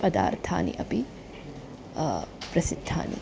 पदार्थानि अपि प्रसिद्धानि